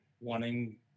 wanting